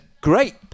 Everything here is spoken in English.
great